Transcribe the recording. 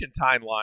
timeline